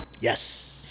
yes